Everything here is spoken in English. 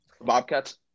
Bobcats